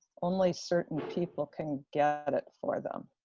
only certain people can get it for them.